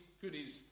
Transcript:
goodies